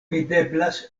videblas